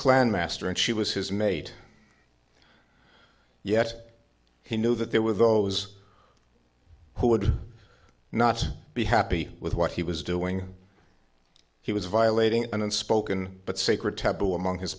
clan master and she was his mate yet he knew that there were those who would not be happy with what he was doing he was violating an unspoken but sacred taboo among